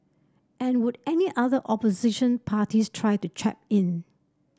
and would any other opposition parties try to chap in